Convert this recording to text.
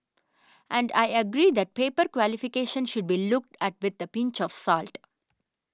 and I agree that paper qualifications should be looked at with a pinch of salt